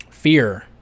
Fear